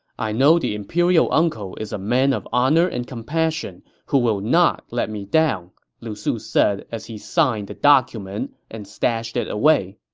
i know the imperial uncle is a man of honor and compassion who will not let me down, lu su said as he signed the document and stashed it away